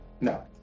no